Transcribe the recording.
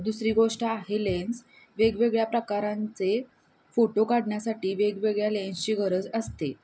दुसरी गोष्ट आहे लेन्स वेगवेगळ्या प्रकारांचे फोटो काढण्यासाठी वेगवेगळ्या लेन्सची गरज असते